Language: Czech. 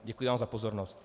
Děkuji vám za pozornost.